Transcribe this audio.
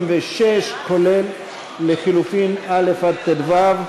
36, כולל לחלופין א' עד ט"ו.